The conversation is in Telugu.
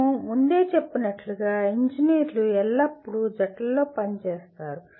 మేము ముందే చెప్పినట్లుగా ఇంజనీర్లు ఎల్లప్పుడూ జట్లలో పనిచేస్తారు